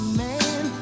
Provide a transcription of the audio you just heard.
man